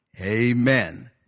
Amen